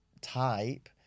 type